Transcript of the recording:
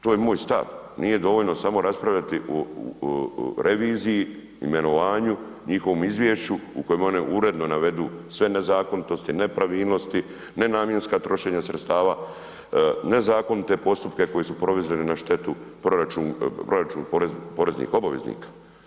To je moj stav, nije dovoljno samo raspravljati o reviziji, imenovanju, njihovom izvješću u kojem one uredno navedu sve nezakonitosti, nepravilnosti, nenamjenska trošenja sredstava, nezakonite postupke koji su ... na štetu proračun poreznih obveznika.